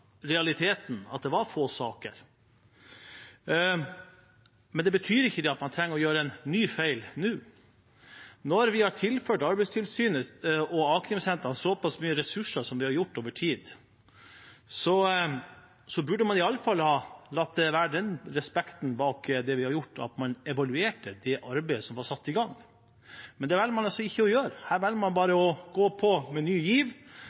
at det var få saker. Men det betyr ikke at man trenger å gjøre en ny feil nå. Når vi har tilført Arbeidstilsynet og a-krimsentrene så pass mye ressurser som vi har gjort over tid, burde man i alle fall hatt slik respekt for det vi har gjort, at man evaluerte det arbeidet som var satt i gang. Det velger man altså ikke å gjøre. Man velger bare å gå på med ny giv